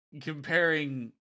comparing